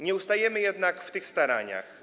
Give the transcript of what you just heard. Nie ustajemy jednak w tych staraniach.